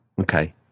okay